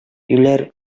юләр